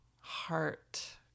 heart